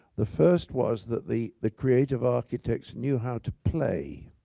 the first was that the the creative architects knew how to play,